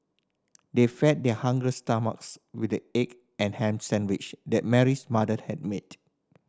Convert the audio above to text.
they fed their hungry stomachs with the egg and ham sandwiches that Mary's mother had made